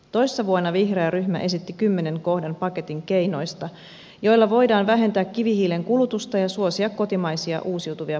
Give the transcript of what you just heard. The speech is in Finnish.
toissa vuonna vihreä ryhmä esitti kymmenen kohdan paketin keinoista joilla voidaan vähentää kivihiilen kulutusta ja suosia kotimaisia uusiutuvia polttoaineita